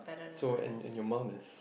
so and and your mum is